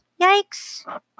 Yikes